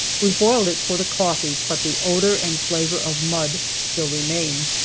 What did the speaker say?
we boiled it for the coffee, but the odor and flavor of mud still remained.